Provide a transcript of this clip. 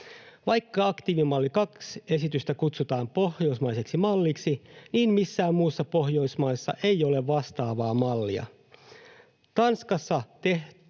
Vaikka aktiivimalli 2 -esitystä kutsutaan pohjoismaiseksi malliksi, niin missään muussa Pohjoismaassa ei ole vastaavaa mallia. Tanskassa on tehty